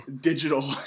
digital